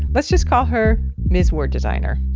let's just call her miss word designer.